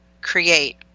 create